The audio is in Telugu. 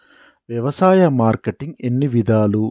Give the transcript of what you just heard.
వ్యవసాయ మార్కెటింగ్ ఎన్ని విధాలు?